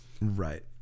Right